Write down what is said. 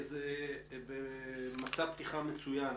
זה מצב פתיחה מצוין.